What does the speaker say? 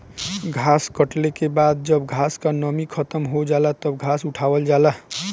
घास कटले के बाद जब घास क नमी खतम हो जाला तब घास उठावल जाला